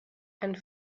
and